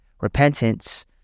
Repentance